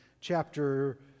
chapter